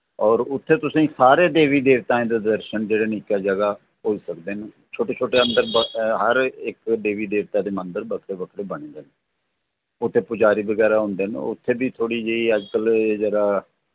होर उत्थै तुसेंगी सारे देवी देवताएं दे दर्शन जेह्ड़े न इक्कै ज'गा होई सकदे न छोटे छोटे अंदर हर इक देवी देवता दे मंदर बक्खरे बक्खरे बने दे न उत्थै पुजारी वगैरा होंदे न उत्थै बी थोह्ड़ी अज कल्ल जरा